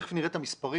תכף נראה את המספרים.